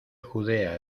judea